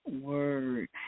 word